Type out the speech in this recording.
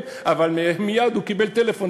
אבל מייד הוא קיבל טלפון,